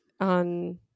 on